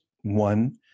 One